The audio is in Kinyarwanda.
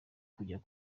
kujya